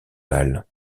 pâle